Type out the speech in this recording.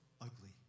ugly